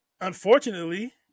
Unfortunately